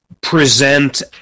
present